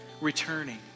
returning